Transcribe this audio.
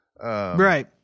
Right